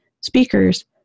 speakers